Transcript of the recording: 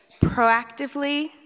Proactively